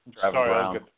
Sorry